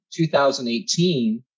2018